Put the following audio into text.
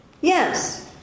Yes